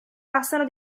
passano